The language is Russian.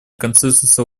консенсуса